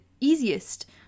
easiest